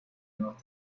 nuevos